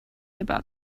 about